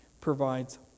provides